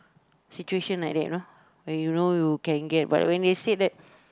situation like that you know when you know you can get but they say that